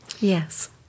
Yes